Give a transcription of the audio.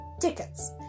tickets